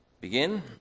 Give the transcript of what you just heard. begin